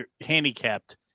handicapped